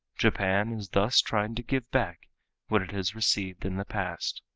japan is thus trying to give back what it has received in the past.